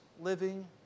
living